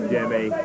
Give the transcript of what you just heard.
Jimmy